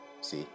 see